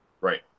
Right